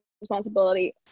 responsibility